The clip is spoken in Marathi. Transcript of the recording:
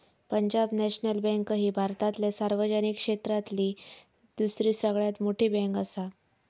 पंजाब नॅशनल बँक ही भारतातल्या सार्वजनिक क्षेत्रातली दुसरी सगळ्यात मोठी बँकआसा